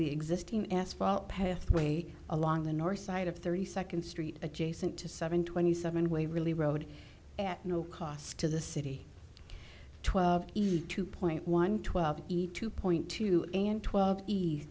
the existing asphalt pathway along the north side of thirty second street adjacent to seven twenty seven way really road at no cost to the city twelve eat two point one twelve eat two point two and twelve